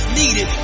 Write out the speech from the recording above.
needed